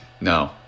no